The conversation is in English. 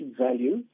value